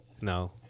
no